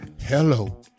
hello